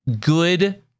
good